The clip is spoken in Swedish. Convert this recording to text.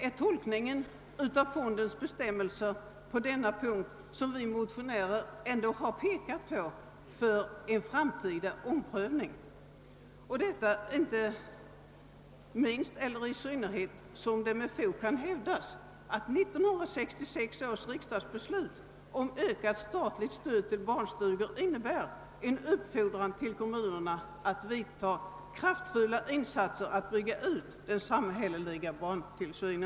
Vi motionärer har begärt en framtida omprövning av tolkningen av fondens bestämmelser på denna punkt, detta i synnerhet som det med fog kan hävdas att 1966 års riksdagsbeslut om ökat statligt stöd till barnstugor innebär en uppfordran till kommunerna att göra kraftfulla insatser för att bygga ut samhällets barntillsyn.